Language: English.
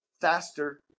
faster